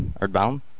Earthbound